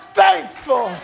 thankful